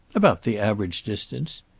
about the average distance.